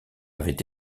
avait